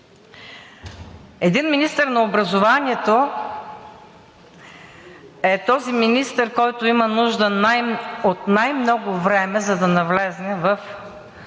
един министър на образованието е този министър, който има нужда от най-много време, за да навлезе в